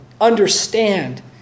understand